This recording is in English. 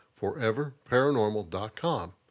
foreverparanormal.com